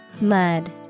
Mud